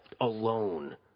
alone